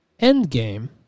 Endgame